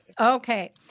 Okay